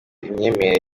imyemerere